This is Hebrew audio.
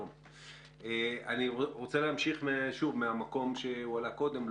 אני רוצה להמשיך מהמקום שהועלה קודם.